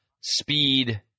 speed